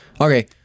Okay